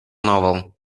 novel